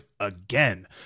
again